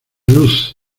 luz